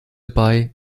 bei